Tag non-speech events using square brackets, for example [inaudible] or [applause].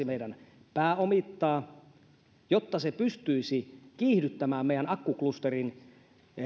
[unintelligible] meidän kannattaisi pääomittaa tätä yhtiötä jotta se pystyisi kiihdyttämään meidän akkuklusterin